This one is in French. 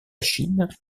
chine